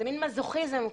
זה מן מזוכיזם כזה.